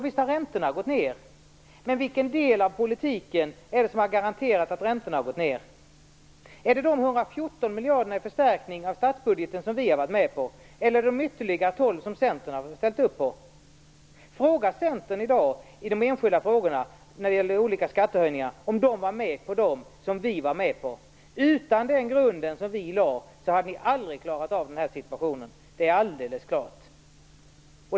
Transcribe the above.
Visst har räntorna gått ned, men vilken del av politiken är det som har garanterat detta? Är det de 114 miljarderna i förstärkning av statsbudgeten som vi har varit med på, eller är det de ytterligare 12 miljarderna som Centern har ställt upp på? Fråga Centern i dag om de var med på de enskilda frågor om skattehöjningar som vi var med på. Utan den grunden som vi lade hade ni aldrig klarat av situationen - det står alldeles klart.